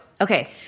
Okay